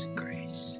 grace